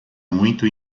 muito